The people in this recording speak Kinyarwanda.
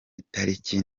itariki